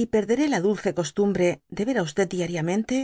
y perderé la dulce costumbre de ver á diariamente